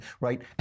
right